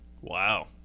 Wow